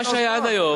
מה שהיה עד היום,